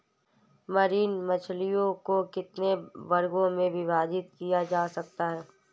Marine मछलियों को कितने वर्गों में विभाजित किया जा सकता है?